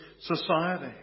society